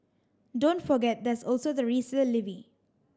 don't forget there's also the resale levy